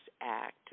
Act